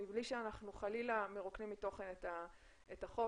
מבלי שאנחנו חלילה מרוקנים מתוכן את החוק.